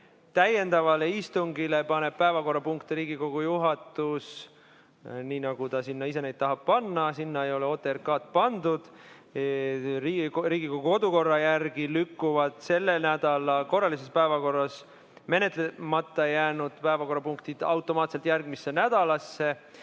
Täiendavale istungile paneb päevakorrapunkte Riigikogu juhatus, nii nagu ta ise tahab panna, ja sinna ei ole OTRK-d pandud. Riigikogu kodukorra järgi lükkuvad selle nädala korralises päevakorras menetlemata jäänud päevakorrapunktid automaatselt järgmisse nädalasse.